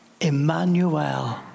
Emmanuel